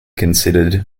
considered